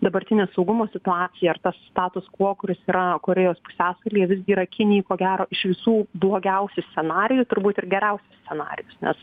dabartinė saugumo situacija ar tas status kvuo kuris yra korėjos pusiasalyje visgi yra kinijai ko gero iš visų blogiausių scenarijų turbūt ir geriausias scenarijus nes